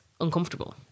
uncomfortable